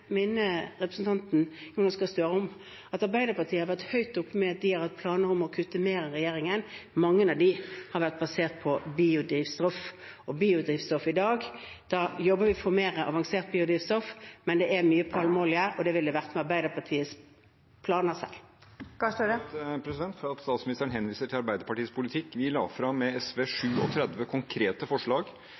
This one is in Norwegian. representanten Jonas Gahr Støre om at Arbeiderpartiet har vært høyt på banen med at de har hatt planer om å kutte mer enn regjeringen. Mange av dem har vært basert på biodrivstoffet i dag. Da jobber vi for mer avansert biodrivstoff, men det er mye palmeolje, og det ville det ha vært selv med Arbeiderpartiets planer. Det åpnes for oppfølgingsspørsmål – først Jonas Gahr Støre. Takk for at statsministeren henviser til Arbeiderpartiets politikk. Vi la sammen med SV fram 37 konkrete forslag